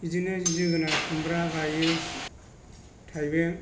बिदिनो जोगोनार खुमब्रा गायो थाइबें